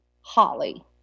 Holly